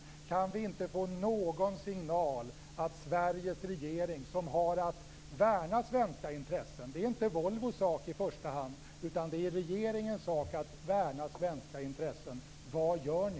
Kan vi inte få någon signal om vad som görs av Sveriges regering? Det är inte i första hand Volvos sak att värna svenska intressen, utan det är en uppgift för den svenska regeringen. Vad gör ni?